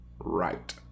Right